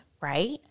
right